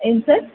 ಏನು ಸರ್